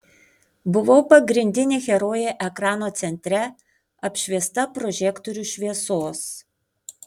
buvau pagrindinė herojė ekrano centre apšviesta prožektorių šviesos